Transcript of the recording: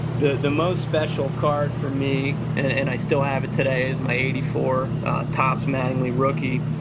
the the most special card for me and i still have it today is my eighty four topps mattingly rookie.